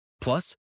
Plus